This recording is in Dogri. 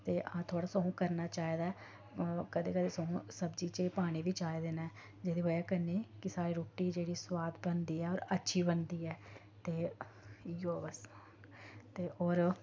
ते अस थोह्ड़ा सगुआं करना चाहिदा कदें कदें सगुआं सब्जी सब्जी च एह् पानी बी चाहिदे न जेह्दी बजह कन्नै कि साढ़ी रुट्टी जेह्ड़ी सोआद बनदी ऐ होर अच्छी बनदी ऐ ते इ'यो बस ते होर